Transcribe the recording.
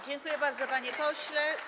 Dziękuję bardzo, panie pośle.